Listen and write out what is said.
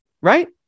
Right